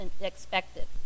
expected